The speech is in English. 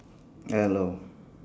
hello